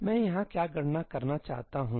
मैं यहाँ क्या गणना करना चाहता हूँ